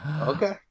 Okay